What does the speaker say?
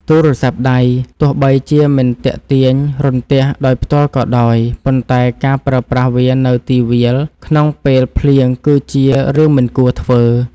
ទូរស័ព្ទដៃទោះបីជាមិនទាក់ទាញរន្ទះដោយផ្ទាល់ក៏ដោយ ប៉ុន្តែការប្រើប្រាស់វានៅទីវាលក្នុងពេលភ្លៀងគឺជារឿងមិនគួរធ្វើ។